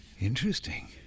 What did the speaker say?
Interesting